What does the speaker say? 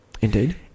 Indeed